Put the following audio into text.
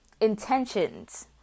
intentions